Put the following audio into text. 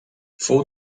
fou